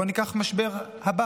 בואו ניקח את המשבר הבא.